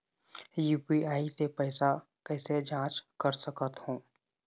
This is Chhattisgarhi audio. यू.पी.आई से पैसा कैसे जाँच कर सकत हो?